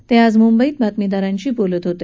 ते आज म्ंबईत बातमीदारांशी बोलत होते